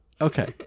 okay